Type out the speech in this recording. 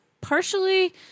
partially